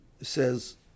says